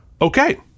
Okay